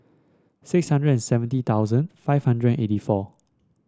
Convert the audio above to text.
six hundred seventy thousand five hundred eighty four